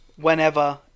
whenever